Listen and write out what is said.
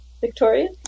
Victoria